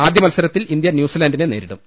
ആദ്യമത്സരത്തിൽ ഇന്ത്യ ന്യൂസി ലാൻഡിനെ നേരിടും